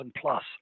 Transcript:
plus